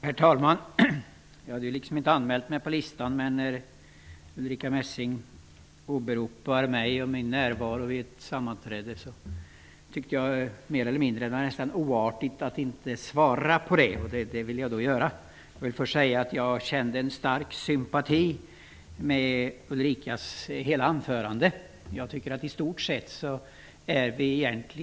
Herr talman! Jag hade inte anmält mig på talarlistan, men när Ulrica Messing åberopade att jag hade varit närvarande vid ett sammanträde tyckte jag att det vore oartigt att inte svara på detta. Jag kände en stark sympati för hela Ulrica Messings anförande. Våra uppfattningar överensstämmer mycket väl.